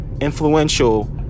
influential